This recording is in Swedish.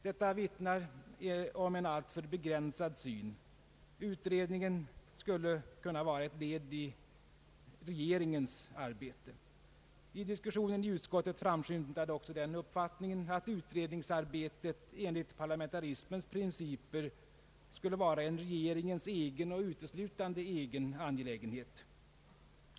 Detta vittnar om en alltför begränsad syn; utredningen skulle endast vara ett led i regeringens arbete. Under diskussionen i utskottet framskymtade också den uppfattningen att utredningsarbetet enligt parlamentarismens principer skulle vara en regeringens egen och uteslutande egen angelägenhet.